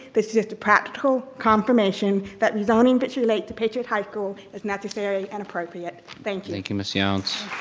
this is just a practical confirmation that rezoning but victory lakes to patriot high school is necessary and appropriate. thank you. thank you ms. yonts